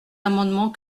amendements